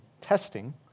testing